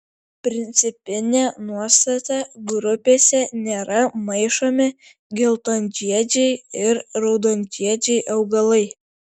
principinė nuostata grupėse nėra maišomi geltonžiedžiai ir raudonžiedžiai augalai